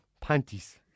Panties